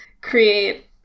create